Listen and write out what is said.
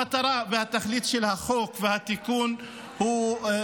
המטרה והתכלית של החוק והתיקון הן